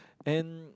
and